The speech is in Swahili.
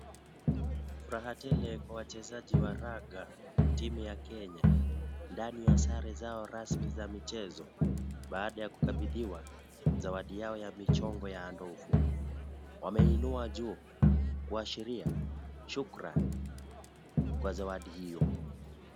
Furaha tele kwa wachezaji wa raga timu ya Kenya, ndani ya sare zao rasmi za michezo baada ya kukabidhiwa zawadi yao ya mchongo wa ndovu wameinua juu kuashiria shukurani kwa zawadi hiyo.